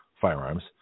firearms